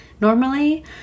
normally